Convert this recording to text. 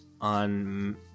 on